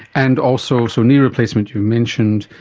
and also, so knee replacement you mentioned,